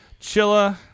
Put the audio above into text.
Chilla